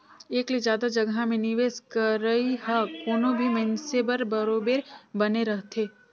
एक ले जादा जगहा में निवेस करई ह कोनो भी मइनसे बर बरोबेर बने रहथे